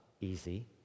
easy